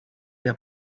der